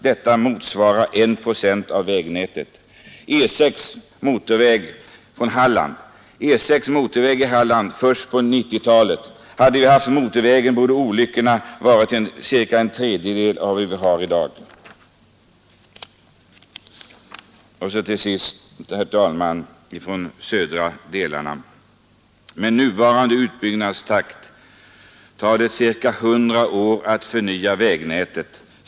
Det motsvarar 1 procent av vägnätet.” Hade vi haft motorvägen borde olyckorna varit ca tredjedelen av vad vi har i dag.” Till sist, herr talman, säger en av vägdirektörerna i de södra delarna av landet: a ”Med nuvarande utbyggnadstakt tar det ca 100 år att förnya vägnätet.